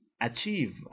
achieve